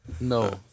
No